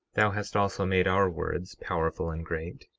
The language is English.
thou hast also made our words powerful and great,